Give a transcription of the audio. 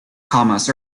commas